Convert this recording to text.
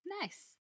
nice